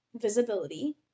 visibility